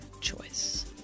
choice